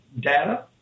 data